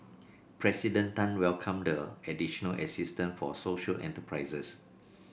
President Tan welcomed the additional assistance for social enterprises